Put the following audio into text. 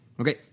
Okay